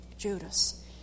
Judas